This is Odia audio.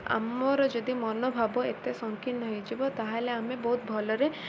ଆମର ଯଦି ମନୋଭାବ ଏତେ ସକୀର୍ଣ୍ଣ ହେଇଯିବ ତା'ହେଲେ ଆମେ ବହୁତ ଭଲରେ